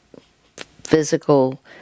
physical